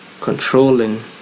controlling